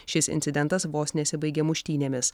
šis incidentas vos nesibaigė muštynėmis